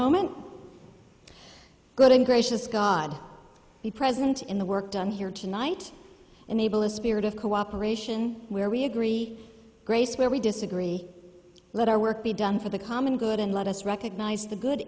moment good and gracious god be present in the work done here tonight enable a spirit of cooperation where we agree grace where we disagree let our work be done for the common good and let us recognize the good